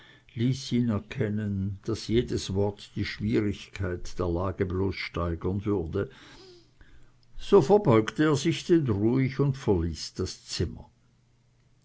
erkennen daß jedes wort die schwierigkeit der lage bloß steigern würde so verbeugte er sich denn ruhig und verließ das zimmer